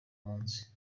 munsi